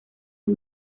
del